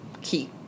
key